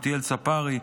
יקותיאל צפרי,